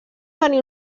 venir